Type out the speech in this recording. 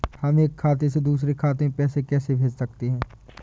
हम एक खाते से दूसरे खाते में पैसे कैसे भेज सकते हैं?